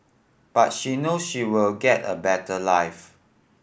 but she knows she will get a better life